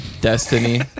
destiny